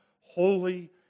holy